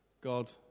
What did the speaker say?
God